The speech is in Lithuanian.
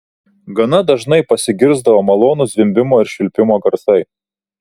gana dažnai pasigirsdavo malonūs zvimbimo ir švilpimo garsai